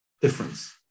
difference